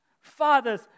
Fathers